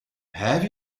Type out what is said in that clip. have